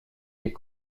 est